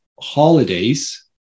holidays